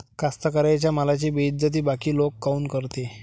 कास्तकाराइच्या मालाची बेइज्जती बाकी लोक काऊन करते?